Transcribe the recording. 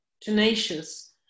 tenacious